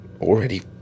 already